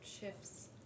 shifts